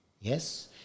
yes